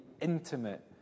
intimate